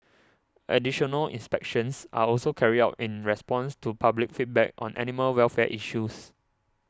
additional inspections are also carried out in response to public feedback on animal welfare issues